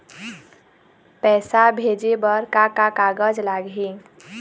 पैसा भेजे बर का का कागज लगही?